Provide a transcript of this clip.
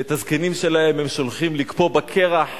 שאת הזקנים שלהם הם שולחים לקפוא בקרח